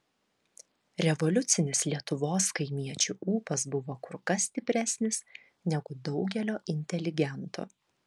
revoliucinis lietuvos kaimiečių ūpas buvo kur kas stipresnis negu daugelio inteligentų